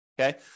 okay